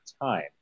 time